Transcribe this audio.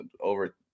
over –